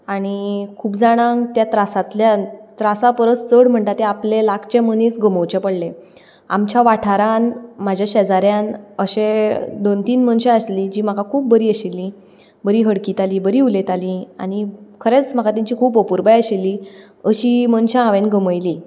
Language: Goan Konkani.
आनी खूब जाणांक त्या त्रासांतल्यान त्रासापरस चड म्हणटा ते आपले लागचे मनीस गमोवचे पडले आमचे वाठारांत म्हाज्या शेजाऱ्यान अशे दोन तीन मनशां आसलीं जीं म्हाका खूब बरीं आशिल्लीं बरीं हडकितालीं बरीं उलयतालीं आनी खरेंच म्हाका तेंची खूब अपुरबाय आशिल्ली अशीं मनशां हांवें गमयलीं